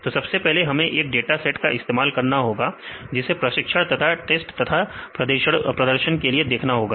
तो सबसे पहले हमें एक डाटा सेट का इस्तेमाल करना होगा जिसे प्रशिक्षण तथा टेस्ट तथा प्रदर्शन के लिए देखना होगा